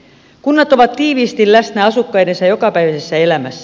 kunnat ovat tiiviisti läsnä asukkaidensa jokapäiväisessä elämässä